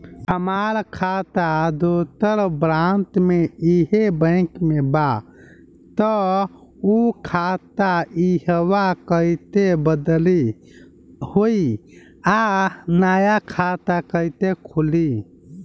हमार खाता दोसर ब्रांच में इहे बैंक के बा त उ खाता इहवा कइसे बदली होई आ नया खाता कइसे खुली?